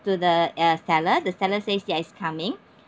to the uh seller the seller says that it's coming